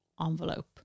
envelope